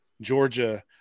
Georgia –